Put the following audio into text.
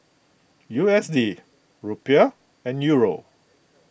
U S D Rupiah and Euro